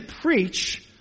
preach